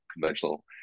conventional